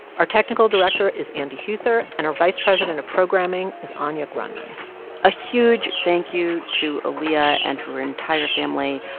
our technical director is andy huether, and our vice president of programming is anya grundmann a huge thank you to aaliyah and her entire family,